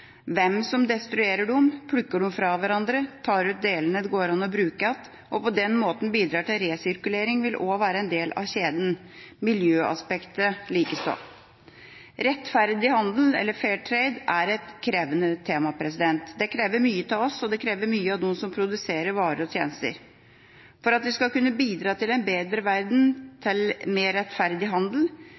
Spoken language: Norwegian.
hvem som destruerer dem, plukker dem fra hverandre, tar ut delene det går an å bruke igjen, og på den måten bidrar til resirkulering, vil også være en del av kjeden – miljøaspektet likeså. Rettferdig handel, eller Fairtrade, er et krevende tema. Det krever mye av oss, og det krever mye av dem som produserer varer og tjenester. For at vi skal kunne bidra til en bedre verden, til mer rettferdig handel,